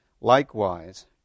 Likewise